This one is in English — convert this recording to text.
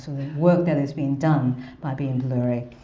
work that is being done by being blurry.